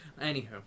anywho